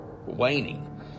waning